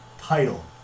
title